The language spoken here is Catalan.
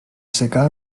secà